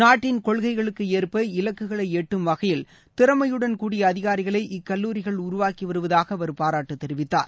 நாட்டின் கொள்கைகளுக்கு ஏற்ப இலக்குகளை எட்டும் வகையில் திறமையுடன் கூடிய அதிகாரிகளை இக்கல்லூரிகள் உருவாக்கி வருவதாக அவர் பாராட்டு தெரிவித்தார்